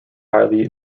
highly